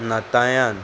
नातायान